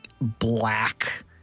black